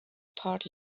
part